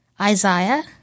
Isaiah